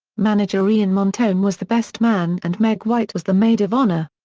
manager ian montone was the best man and meg white was the maid of honor.